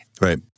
right